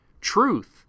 Truth